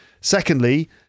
Secondly